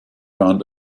round